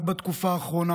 רק בתקופה האחרונה,